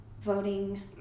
voting